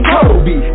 Kobe